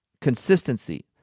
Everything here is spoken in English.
Consistency